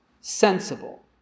sensible